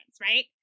right